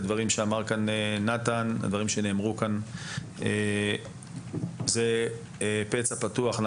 הדברים שאמר כאן נתן והדברים שנאמרו כאן בוועדה הם פצע פתוח.